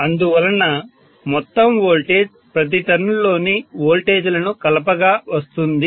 అందువలన మొత్తం వోల్టేజ్ ప్రతి టర్న్ లోని వోల్టేజ్లను కలపగా వస్తుంది